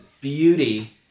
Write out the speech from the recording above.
beauty